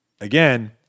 again